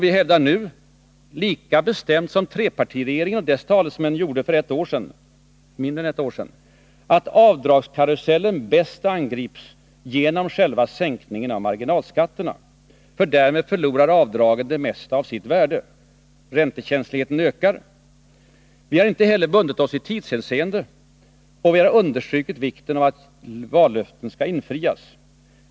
Vi hävdar nu — lika bestämt som trepartiregeringen och dess talesmän för mindre än ett år sedan — att avdragskarusellen bäst angrips genom själva sänkningen av marginalskatterna. Därmed förlorar avdragen det mesta av sitt värde. Räntekänsligheten ökar. Vi har inte heller bundit oss i tidshänseende, och vi har understrukit vikten av att vallöften infrias.